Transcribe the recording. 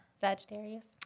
Sagittarius